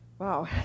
Wow